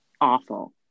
awful